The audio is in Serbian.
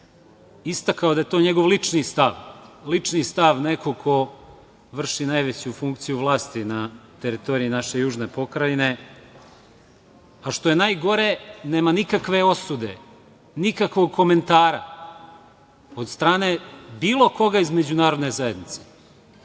istakao da je to njegov lični stav. Lični stav nekog ko vrši najveću funkciju vlasti na teritoriji naše južne pokrajine. Što je najgore, nema nikakve osude, nikakvog komentara od strane bilo koga iz Međunarodne zajednice.